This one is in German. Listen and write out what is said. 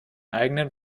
eigenen